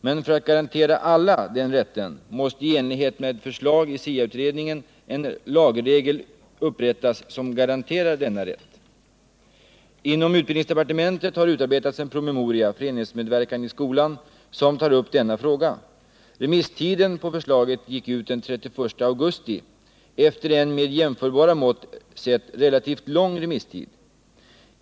Men för att garantera alla den rätten måste i enlighet med förslag i SIA utredningen en lagregel införas som garanterar denna rätt. Inom utbildningsdepartementet har utarbetats en promemoria, Föreningsmedverkan i skolan, som tar upp denna fråga. Remisstiden för detta förslag gick ut den 31 augusti. Det var härvidlag fråga om en relativt lång remisstid.